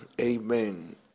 amen